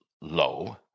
low